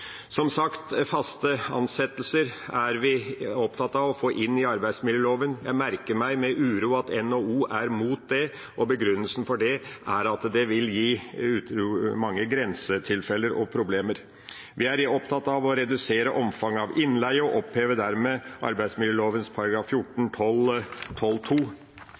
Som sagt er vi opptatt av å få faste ansettelser inn i arbeidsmiljøloven. Jeg merker meg med uro at NHO er mot det, og begrunnelsen for det er at det vil gi mange grensetilfeller og problemer. Vi er opptatt av å redusere omfanget av innleie og opphever dermed